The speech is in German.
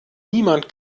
niemand